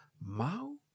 Mao